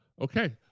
Okay